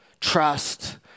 trust